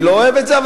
אני לא אוהב את זה,